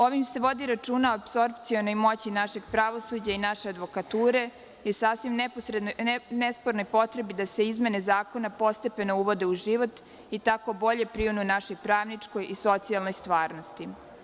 Ovim se vodi računa o apsorbcionoj moći našeg pravosuđa i naše advokature i sasvim nespornoj potrebi da se izmene zakona postepeno uvode u život i tako bolje prionu našoj pravničkoj i socijalnoj stvarnosti.